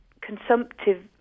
consumptive